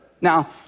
Now